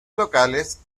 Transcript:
locales